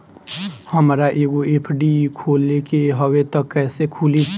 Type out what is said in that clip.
हमरा एगो एफ.डी खोले के हवे त कैसे खुली?